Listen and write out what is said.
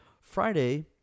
Friday